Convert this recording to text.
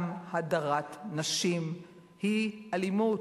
גם הדרת נשים היא אלימות.